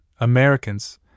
Americans